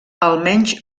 almenys